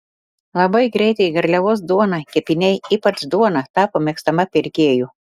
labai greitai garliavos duonos kepiniai ypač duona tapo mėgstama pirkėjų